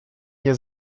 nie